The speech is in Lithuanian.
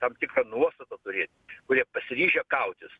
tam tikrą nuostatą turėti kurie pasiryžę kautis